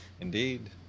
Indeed